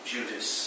Judas